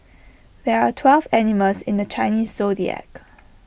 there are twelve animals in the Chinese Zodiac